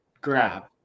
grab